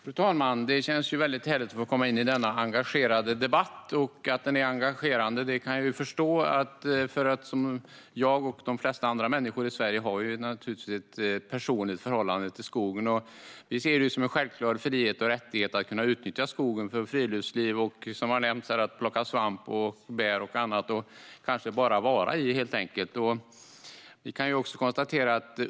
Fru talman! Det känns härligt att få komma in i denna engagerande debatt. Att den är engagerande kan jag förstå, för jag och de flesta andra människor i Sverige har naturligtvis ett personligt förhållande till skogen. Vi ser det som en självklar frihet och rättighet att kunna utnyttja skogen för friluftsliv och, som har nämnts här, för att plocka svamp och bär och kanske bara vara i helt enkelt.